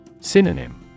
Synonym